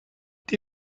die